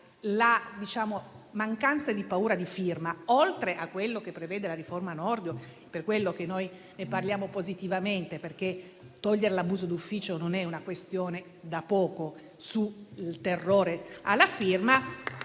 la mancanza di paura di firma, oltre a quello che prevede la riforma Nordio - è per quello che noi ne parliamo positivamente: togliere l'abuso d'ufficio non è una questione da poco sul terrore alla firma